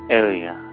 area